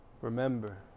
Remember